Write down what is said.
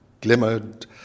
glimmered